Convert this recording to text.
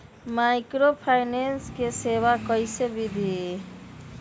Microfinance के सेवा कइसे विधि?